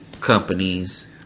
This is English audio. companies